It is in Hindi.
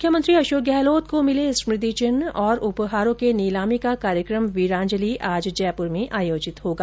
मुख्यमंत्री अशोक गहलोत को मिले स्मृति चिन्ह और उपहारों की नीलामी का कार्यक्रम वीरांजली आज जयपुर में आयोजित होगा